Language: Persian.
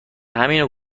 همینو